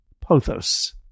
pothos